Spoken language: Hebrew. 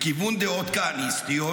לכיוון דעות כהניסטיות?